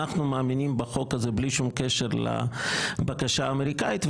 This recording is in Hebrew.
אנחנו מאמינים בחוק הזה בלי שום קשר לבקשה האמריקנית,